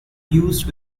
used